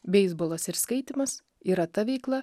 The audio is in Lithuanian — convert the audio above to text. beisbolas ir skaitymas yra ta veikla